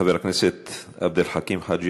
חבר הכנסת עבד אל חכים חאג'